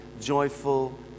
joyful